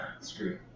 screw